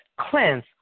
cleanse